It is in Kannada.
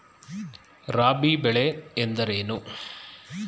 ರಾಬಿ ಬೆಳೆ ಎಂದರೇನು?